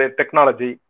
technology